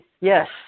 Yes